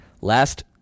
Last